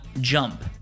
Jump